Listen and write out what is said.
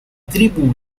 tribu